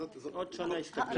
זו הוראת שעה?